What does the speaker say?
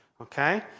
okay